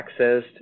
accessed